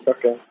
Okay